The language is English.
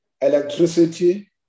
electricity